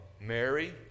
Mary